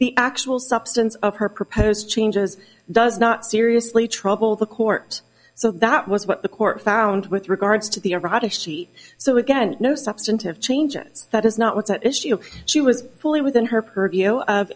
the actual substance of her proposed changes does not seriously trouble the court so that was what the court found with regards to the erotic sheet so again no substantive changes that is not what's at issue she was fully within her